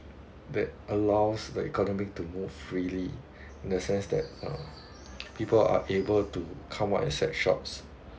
that allows the economic to move freely in a sense that uh people are able to come out and set shops